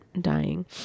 dying